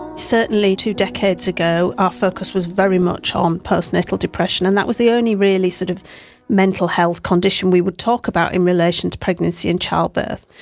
certainly two decades ago our focus was very much on um postnatal depression, and that was the only really sort of mental health condition we would talk about in relation to pregnancy and childbirth.